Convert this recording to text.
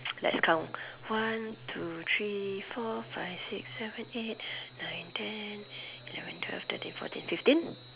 let's count one two three four five six seven eight nine ten eleven twelve thirteen fourteen fifteen